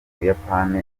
buyapani